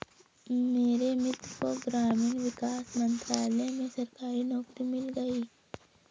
मेरे मित्र को ग्रामीण विकास मंत्रालय में सरकारी नौकरी मिल गई